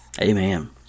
Amen